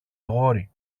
αγόρι